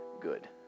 Good